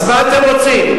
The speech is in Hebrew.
אז מה אתם רוצים?